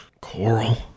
Coral